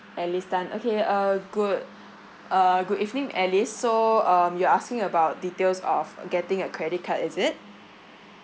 alice tan okay uh good uh good evening alice so um you're asking about details of getting a credit card is it